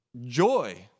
joy